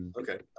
Okay